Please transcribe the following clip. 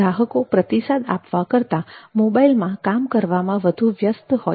ગ્રાહકો પ્રતિસાદ આપવા કરતા મોબાઇલમાં કામ કરવામાં વધુ વ્યસ્ત હોય છે